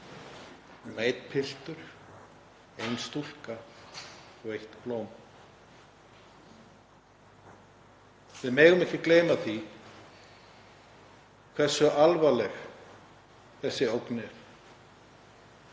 nema einn piltur, ein stúlka og eitt blóm. Við megum ekki gleyma því hversu alvarleg þessi ógn er